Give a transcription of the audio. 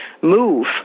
move